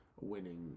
winning